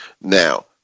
now